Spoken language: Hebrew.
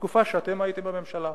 בתקופה שאתם הייתם בממשלה.